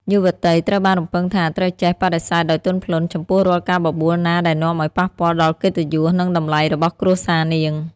យុវតីត្រូវបានរំពឹងថា ត្រូវចេះ "បដិសេធដោយទន់ភ្លន់" ចំពោះរាល់ការបបួលណាដែលនាំឱ្យប៉ះពាល់ដល់កិត្តិយស និងតម្លៃរបស់គ្រួសារនាង។